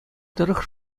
тӑрӑх